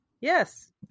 Yes